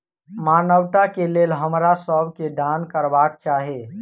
मानवता के लेल हमरा सब के दान करबाक चाही